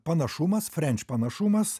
panašumas frenč panašumas